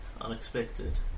unexpected